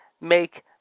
make